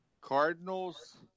Cardinals